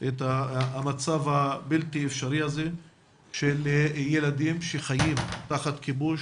את המצב הבלתי אפשרי הזה של ילדים שחיים תחת כיבוש,